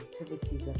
activities